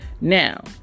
Now